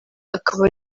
akaba